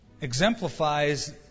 exemplifies